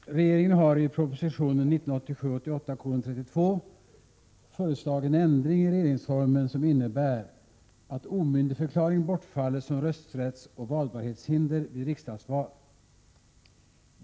Fru talman! Regeringen har i proposition 1987/88:32 föreslagit en ändring i regeringsformen, som innebär att omyndigförklaring bortfaller som rösträttsoch valbarhetshinder vid riksdagsval.